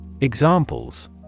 Examples